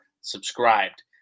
subscribed